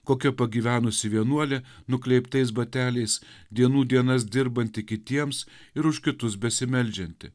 kokia pagyvenusi vienuolė nukleiptais bateliais dienų dienas dirbanti kitiems ir už kitus besimeldžianti